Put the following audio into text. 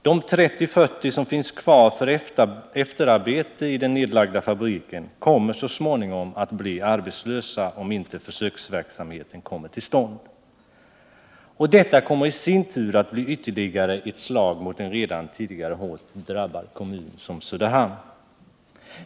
De 30-40 anställda som finns kvar för efterarbete i den nedlagda fabriken kommer så småningom att bli arbetslösa, om inte försöksverksamheten kommer till stånd. Detta kommer i sin tur att bli ytterligare ett slag mot en redan hårt drabbad kommun som Söderhamn.